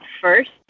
first